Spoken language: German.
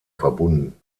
verbunden